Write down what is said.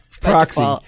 proxy